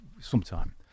sometime